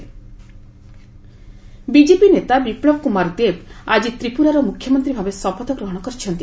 ତ୍ରିପୁରା ଶପଥଗ୍ରହଣ ବିଜେପି ନେତା ବିପୁବ କୁମାର ଦେବ ଆଜି ତ୍ରିପୁରାର ମୁଖ୍ୟମନ୍ତ୍ରୀ ଭାବେ ଶପଥଗ୍ରହଣ କରିଛନ୍ତି